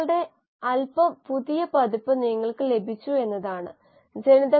ഈ പ്രത്യേക കോഴ്സിൽ മറ്റ് മോഡലുകളെ നമ്മൾ നോക്കില്ല പക്ഷേ മറ്റ് പല മോഡലുകളും ലഭ്യമാണ് എന്ന് ഓർമ്മിക്കുക